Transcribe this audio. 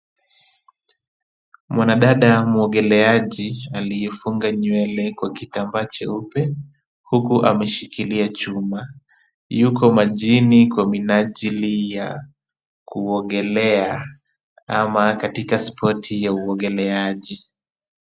Mwanadada mwogeleaji aliyefunga nywele kwa kitambaa cheupe huku ameshikilia chuma, yuko majini kwa minajili ya kuogelea ama katika spoti ya uogeleaji.